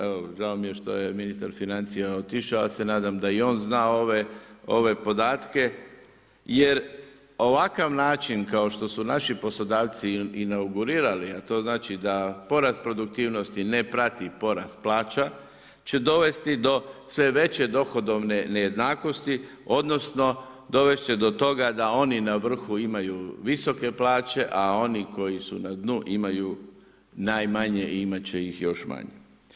Evo žao mi je što je ministar financija otišao, ja se nadam da i on zna ove podatke jer ovakav način kao što su naši poslodavci inaugurirali a to znači da porast produktivnosti ne prati i porast plaća će dovesti do sve veće dohodovne nejednakosti odnosno dovesti će do toga da oni na vrhu imaju visoke plaće a oni koji su na dnu imaju najmanje i imati će ih još manje.